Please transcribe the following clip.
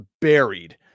buried